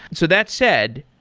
so that said,